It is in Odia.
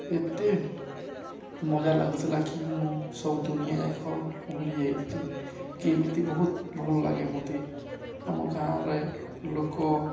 ଏତେ ମଜା ଲାଗୁଥିଲା କି ମୁଁ ସବୁ ଦୁନିଆ ଯାକ ଭୁଲି ଯାଇଥିଲି କି ଏମିତି ବହୁତ ଭଲ ଲାଗେ ମୋତେ ଆମ ଗାଁରେ ଲୋକ